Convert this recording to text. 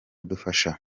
dufasha